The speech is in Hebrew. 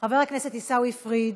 חבר הכנסת עיסאווי פריג'